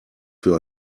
für